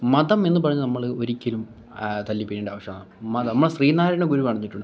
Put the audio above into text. മതം എന്ന് പറയുന്ന നമ്മൾ ഒരിക്കലും തല്ലി പിരിയേണ്ട ആവശ്യം നമ്മൾ ശ്രീനാരായണ ഗുരു പറഞ്ഞിട്ടുണ്ട്